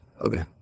Okay